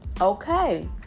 Okay